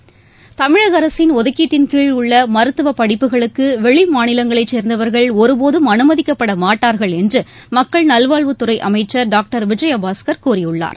உள்ள தமிழக அரசின் ஒதுக்கீட்டின் மருத்துவப்படிப்புகளுக்கு கீழ் வெளிமாநிலங்களைச் சேர்ந்தவர்கள் ஒருபோதும் அனுமதிக்கப்பட மாட்டார்கள் என்று மக்கள் நல்வாழ்வுத்துறை அமைச்சர் டாக்டர் விஜயபாஸ்கர் கூறியுள்ளார்